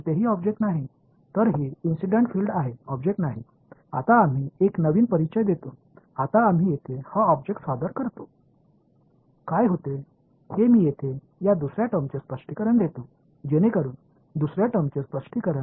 எனவே இது சம்பவம் புலம் பொருள் இல்லை இப்போது நாம் ஒரு புதியதை அறிமுகப்படுத்துகிறோம் இப்போது நாம் இந்த பொருளை இங்கே அறிமுகப்படுத்துகிறோம் என்ன நடக்கிறது என்றால் நான் இந்த இரண்டாவது வெளிப்பாட்டை இங்கே விளக்குகிறேன் எனவே இரண்டாவது வெளிப்பாட்டின் விளக்கம் என்னவாக இருக்க வேண்டும்